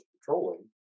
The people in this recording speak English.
patrolling